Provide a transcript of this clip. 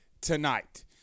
tonight